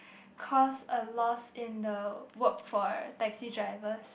cost a loss in the work for taxi drivers